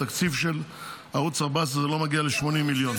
והתקציב של ערוץ 14 לא מגיע ל-80 מיליון.